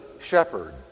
shepherd